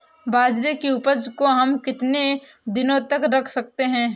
बाजरे की उपज को हम कितने दिनों तक रख सकते हैं?